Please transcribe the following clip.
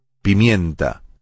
Pimienta